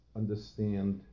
understand